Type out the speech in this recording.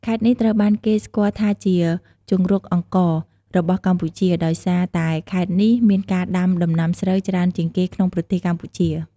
ខេត្តនេះត្រូវបានគេស្គាល់ថាជា ជង្រុកអង្ករ របស់កម្ពុជា ដោយសារតែខេត្តនេះមានការដាំដំណាំស្រូវច្រើនជាងគេក្នុងប្រទេសកម្ពុជា។